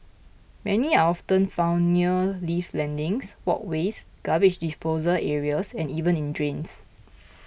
many are often found near lift landings walkways garbage disposal areas and even in drains